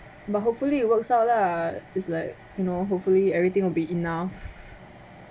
but hopefully it works out lah it's like you know hopefully everything will be enough